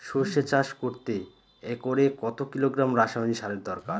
সরষে চাষ করতে একরে কত কিলোগ্রাম রাসায়নি সারের দরকার?